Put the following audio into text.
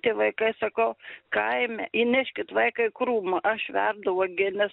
tie vaikai sakau kaime įneškit vaiką į krūmą aš verdu uogienę